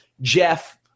Jeff